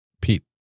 Pete